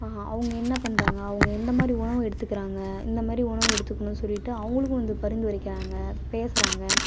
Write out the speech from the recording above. அவங்க என்ன பண்ணுறாங்க அவங்க எந்த மாதிரி உணவு எடுத்துக்கிறாங்க இந்த மாதிரி உணவு எடுத்துக்கணும் சொல்லிட்டு அவங்களுக்கும் வந்து பரிந்துரைக்கிறாங்க பேசுறாங்க